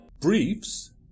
Briefs